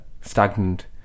stagnant